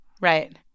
Right